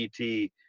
ET